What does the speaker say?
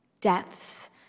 Deaths